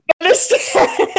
understand